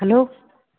hello